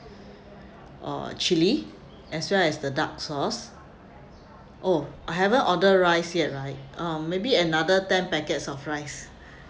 uh chilli as well as the dark sauce oh I haven't order rice yet right um maybe another ten packets of rice